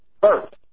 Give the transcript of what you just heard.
first